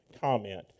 comment